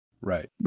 right